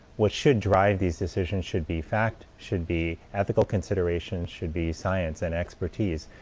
what should drive these decisions should be fact, should be ethical consideration, should be science and expertese.